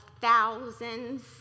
thousands